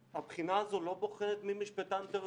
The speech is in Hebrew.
הבחינה הזאת לא בוחנת מי משפטן טוב יותר,